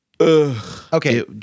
Okay